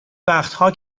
وقتها